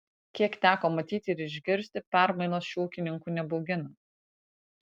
kiek teko matyti ir išgirsti permainos šių ūkininkų nebaugina